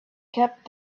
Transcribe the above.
kept